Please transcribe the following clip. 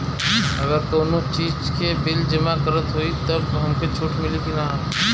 अगर कउनो चीज़ के बिल जमा करत हई तब हमके छूट मिली कि ना?